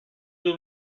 deux